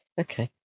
Okay